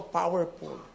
powerful